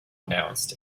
announced